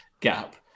gap